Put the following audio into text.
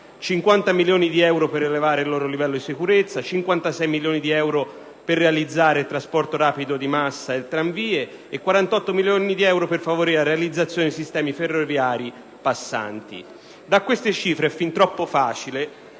50 milioni per elevare il loro livello di sicurezza, 56 milioni per realizzare il trasporto rapido di massa e tranvie e 48 milioni per favorire la realizzazione dei sistemi ferroviari passanti. Da queste cifre è fin troppo facile